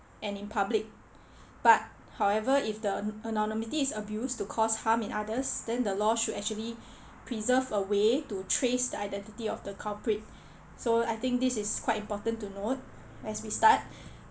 and in public but however if the anonymity is abused to cause harm in others then the law should actually preserve a way to trace the identity of the culprit so I think this is quite important to note as we start